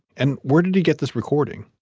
and where did he get this recording.